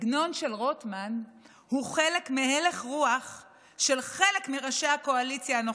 הסגנון של רוטמן הוא חלק מהלך הרוח של חלק מראשי הקואליציה הנוכחית,